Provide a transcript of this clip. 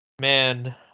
man